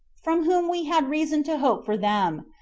from whom we had reason to hope for them,